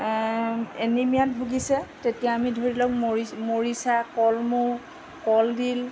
এনিমিয়াত ভুগিছে তেতিয়া আমি ধৰি লওক মৰিচা কলমৌ কলডিল